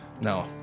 No